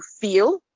feel